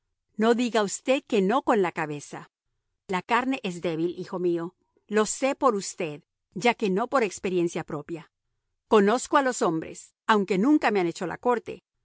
no diga usted que no con la cabeza la carne es débil hijo mío lo sé por usted ya que no por experiencia propia conozco a los hombres aunque nunca me han hecho la corte